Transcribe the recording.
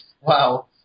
Wow